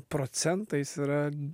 procentais yra